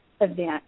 event